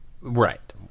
Right